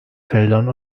feldern